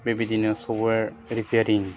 बेबायदिनि software repairing